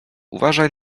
uważaj